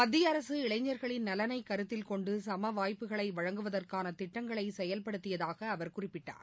மத்திய அரசு இளைஞர்களின் நலனைக் கருத்தில் கொண்டு சம வாய்ப்புகளை வழங்குவதற்கான திட்டங்களை செயல்படுத்தியதாக அவர் குறிப்பிட்டார்